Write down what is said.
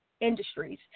industries